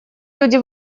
люди